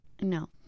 No